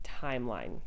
timeline